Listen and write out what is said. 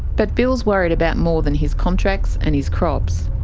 but bill's worried about more than his contracts and his crops.